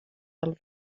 del